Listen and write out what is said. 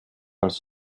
als